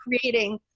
creating